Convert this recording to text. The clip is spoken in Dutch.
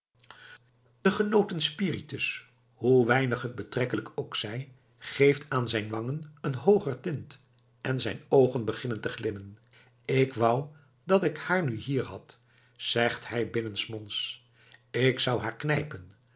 de genoten spiritus hoe weinig t betrekkelijk ook zij geeft aan zijn wangen een hooger tint en zijn oogen beginnen te glimmen ik wou dat ik haar nu hier had zegt hij binnensmonds k zou haar knijpen